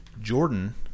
Jordan